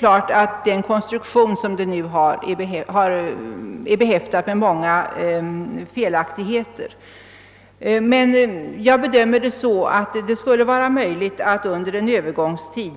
Bidragets konstruktion är visserligen behäftad med många felaktigheter, men jag bedömer det som rimligt att under en övergångstid